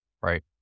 right